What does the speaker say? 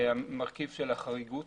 מרכיב החריגות